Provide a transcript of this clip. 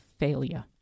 Failure